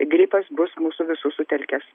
gripas bus mūsų visų sutelkęs